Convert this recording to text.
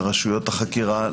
לרשויות החקירה,